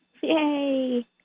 Yay